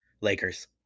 Lakers